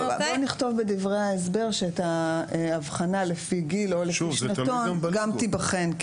בואו נכתוב בדברי ההסבר שאבחנה לפי גיל או לפי שנתון גם תיבחן,